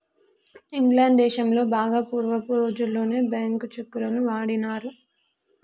England దేశంలో బాగా పూర్వపు రోజుల్లోనే బ్యేంకు చెక్కులను వాడినారు